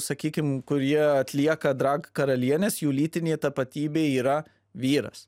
sakykim kurie atlieka drag karalienės jų lytinė tapatybė yra vyras